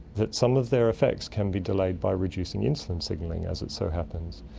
that some of their effects can be delayed by reducing insulin signalling, as it so happens.